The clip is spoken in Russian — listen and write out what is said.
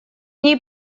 ней